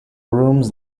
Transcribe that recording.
rooms